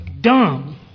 Dumb